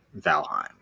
Valheim